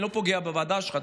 אני לא פוגע בוועדה שלך,